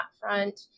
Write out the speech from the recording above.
front